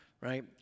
right